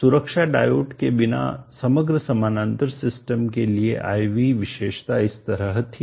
सुरक्षा डायोड के बिना समग्र समानांतर सिस्टम के लिए I V विशेषता इस तरह थी